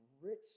rich